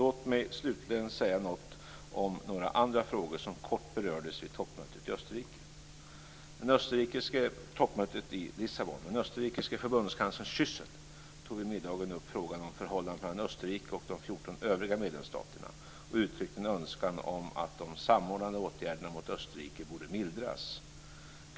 Låt mig slutligen också säga något om några andra frågor som kort berördes vid toppmötet i Lissabon. Den österrikiske förbundskanslern Schüssel tog vid middagen upp frågan om förhållandet mellan Österrike och de 14 övriga medlemsstaterna och uttryckte en önskan om att de samordnade åtgärderna mot Österrike borde mildras.